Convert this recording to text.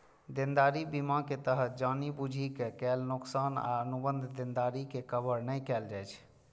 देनदारी बीमा के तहत जानि बूझि के कैल नोकसान आ अनुबंध देनदारी के कवर नै कैल जाइ छै